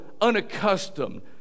unaccustomed